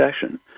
session